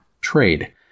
trade